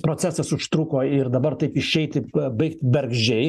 procesas užtruko ir dabar taip išeiti baigt bergždžiai